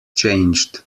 changed